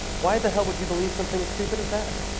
why the hell would you believe something as stupid as that?